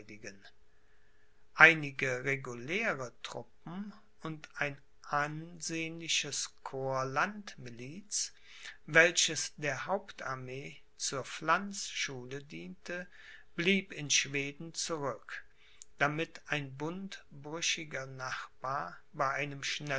einige reguläre trnppen und ein ansehnliches corps landmiliz welches der hauptarmee zur pflanzschule diente blieb in schweden zurück damit ein bundbrüchiger nachbar bei einem